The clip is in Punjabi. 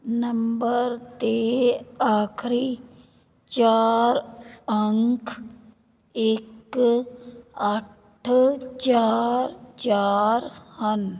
ਨੰਬਰ ਦੇ ਆਖਰੀ ਚਾਰ ਅੰਕ ਇੱਕ ਅੱਠ ਚਾਰ ਚਾਰ ਹਨ